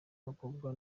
abakobwa